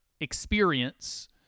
experience